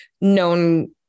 known